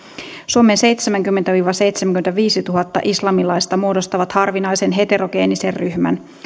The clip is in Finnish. suomen seitsemänkymmentätuhatta viiva seitsemänkymmentäviisituhatta islamilaista muodostavat harvinaisen heterogeenisen ryhmän